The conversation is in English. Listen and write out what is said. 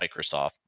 Microsoft